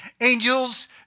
Angels